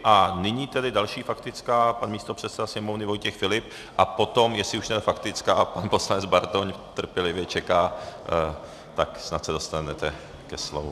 A nyní tedy další faktická, pan místopředseda Sněmovny Vojtěch Filip, a potom, jestli už ne faktická, pan poslanec Bartoň trpělivě čeká, tak snad se dostanete ke slovu.